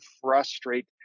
frustrate